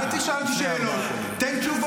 אל תשאל אותי שאלות, תן תשובות.